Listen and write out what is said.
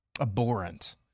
abhorrent